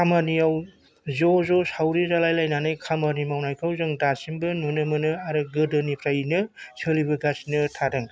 खामानियाव ज' ज' सावरि जालाय लायनानै खामानि मावनायखौ जों दासिमबो नुनो मोनो आरो गोदोनिफ्रायनो सोलिबोगासिनो थादों